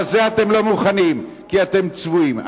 אבל זה אתם לא מוכנים, כי אתם צבועים.